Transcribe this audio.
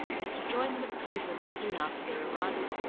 was to join them at cleveland soon after their arrival.